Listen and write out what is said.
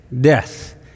death